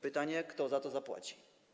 Pytanie: Kto za to zapłaci?